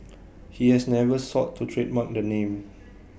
he has never sought to trademark the name